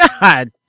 god